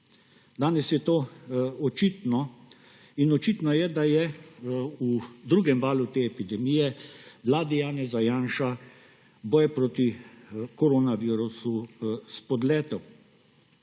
Danes je to očitno. In očitno je, da je v drugem valu te epidemije vladi Janeza Janše boj proti koronavirusu spodletel.